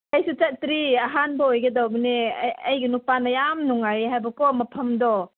ꯑꯩꯁꯨ ꯆꯠꯇ꯭ꯔꯤ ꯑꯍꯥꯟꯕ ꯑꯣꯏꯒꯗꯧꯕꯅꯦ ꯑꯩꯒꯤ ꯅꯨꯄꯥꯅ ꯌꯥꯝ ꯅꯨꯡꯉꯥꯏꯌꯦ ꯍꯥꯏꯕꯀꯣ ꯃꯐꯝꯗꯣ